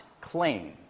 claim